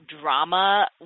Drama